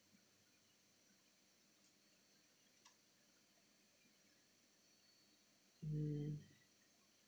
mm